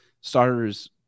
starters